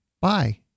Bye